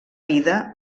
vida